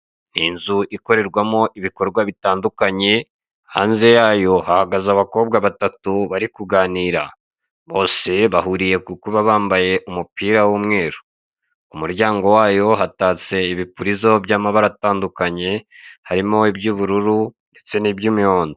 Inzu ikorerwamo ibikorwa bitandukanye, hanze yayo hahagaze abakobwa batatu bari kuganira, bose bahuriye ku kuba bambaye umupira w'umweru. Umuryango wayo hatatse ibipurizo by'amabara atandukanye harimo iby'ubururu ndetse n'ibyimihondo.